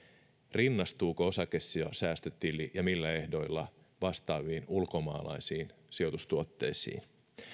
rinnastuuko osakesäästötili ja millä ehdoilla vastaaviin ulkomaalaisiin sijoitustuotteisiin